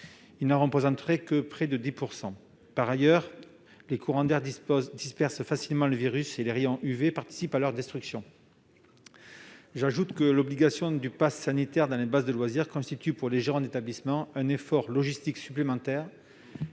ils ne représenteraient que 10 % environ de celles-ci. Par ailleurs, les courants d'air dispersent facilement les virus et les rayons ultraviolets participent à leur destruction. Enfin, l'obligation du passe sanitaire dans les bases de loisirs constitue pour les gérants d'établissements un effort logistique supplémentaire